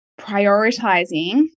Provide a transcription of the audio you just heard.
prioritizing